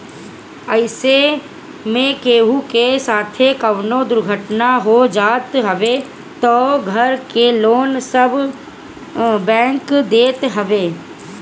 अइसे में केहू के साथे कवनो दुर्घटना हो जात हवे तअ घर के लोन सब बैंक देत हवे